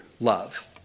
love